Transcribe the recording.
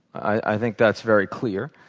i think that's very clear,